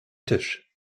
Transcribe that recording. tisch